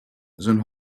sind